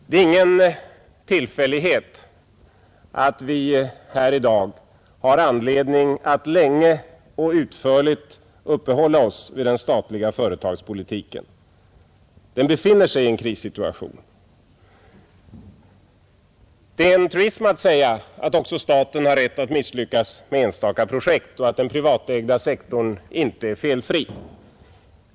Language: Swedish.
Det är ingen tillfällighet att vi i dag har anledning att länge och utförligt uppehålla oss vid den statliga företagspolitiken. Den befinner sig i en krissituation. Det är en truism att säga att också staten har rätt att misslyckas med enstaka projekt och att den privatägda sektorn inte är felfri.